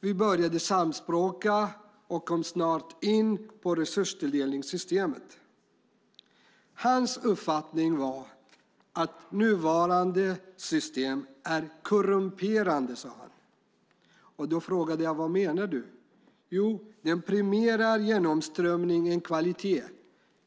Vi började samspråka och kom snart in på resurstilldelningssystemet. Hans uppfattning var att nuvarande system är korrumperande. Jag frågade vad han menade. Jo, den premierar genomströmning i stället för kvalitet.